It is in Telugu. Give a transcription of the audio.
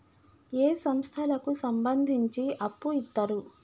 ఏ సంస్థలకు సంబంధించి అప్పు ఇత్తరు?